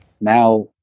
now